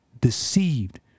deceived